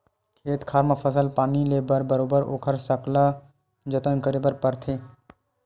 खेत खार म फसल पानी ले बर बरोबर ओखर सकला जतन करे बर परथे